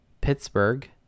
Pittsburgh